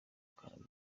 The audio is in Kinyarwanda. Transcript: kandi